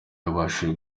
yabashije